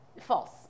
False